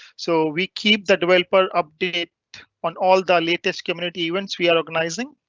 so we keep the developer update on all the latest community events we are organizing.